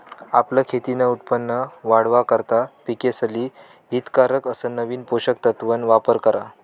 आपलं खेतीन उत्पन वाढावा करता पिकेसले हितकारक अस नवीन पोषक तत्वन वापर करा